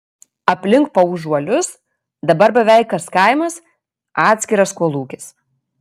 aplink paužuolius dabar beveik kas kaimas atskiras kolūkis